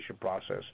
process